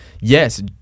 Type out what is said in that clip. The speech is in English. yes